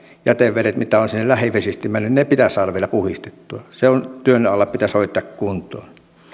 jätevedet mitä on sinne lähivesistöihin mennyt pitäisi saada vielä puhdistettua se on työn alla pitäisi hoitaa kuntoon